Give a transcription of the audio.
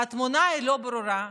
והתמונה לא ברורה.